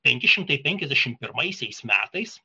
penki šimtai penkiasdešimt pirmaisiais metais